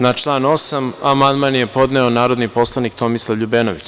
Na član 8. amandman je podneo narodni poslanik Tomislav Ljubenović.